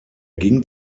ging